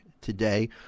today